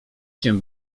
cię